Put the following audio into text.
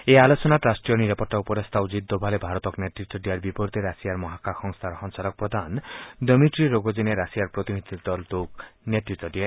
এই আলোচনাত ৰাষ্ট্ৰীয় নিৰাপত্তা উপদেষ্টা অজিত দোভালে ভাৰতক নেতৃত্ব দিয়াৰ বিপৰীতে ৰাছিয়াৰ মহাকাশ সংস্থাৰ সঞ্চালক প্ৰধান ডিমিট্টী ৰগজিনে ৰাছিয়াৰ প্ৰতিনিধি দলটোক নেতৃত্ব দিয়ে